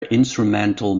instrumental